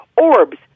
Orbs